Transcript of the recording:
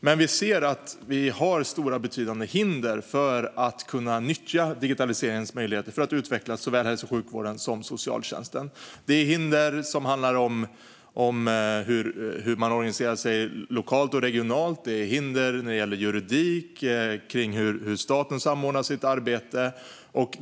Men vi har stora och betydande hinder för att kunna nyttja digitaliseringens möjligheter och utveckla såväl hälso och sjukvården som socialtjänsten. Det är hinder som handlar om hur man organiserar sig lokalt och regionalt. Det är hinder som gäller juridik och hur staten samordnar sitt arbete.